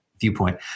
viewpoint